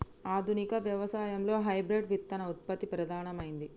ఆధునిక వ్యవసాయం లో హైబ్రిడ్ విత్తన ఉత్పత్తి ప్రధానమైంది